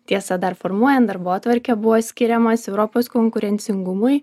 tiesa dar formuojant darbotvarkę buvo skiriamas europos konkurencingumui